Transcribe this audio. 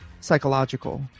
psychological